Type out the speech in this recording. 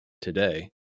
today